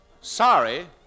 Sorry